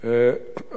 חבר הכנסת